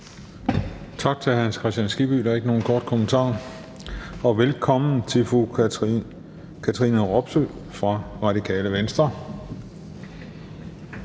Tak til hr. Hans Kristian Skibby. Der er ikke nogen korte bemærkninger. Velkommen til fru Katrine Robsøe fra Det Radikale Venstre.